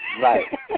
Right